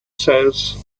says